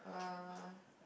uh